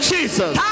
Jesus